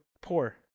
poor